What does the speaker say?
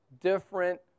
different